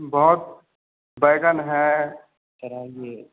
बहुत बैंगन है सर आइए